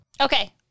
Okay